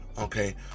okay